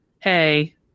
hey